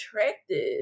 attractive